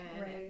Right